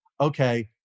okay